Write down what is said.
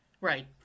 Right